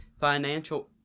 financial